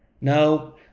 No